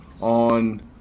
on